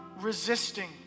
resisting